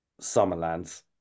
Summerland's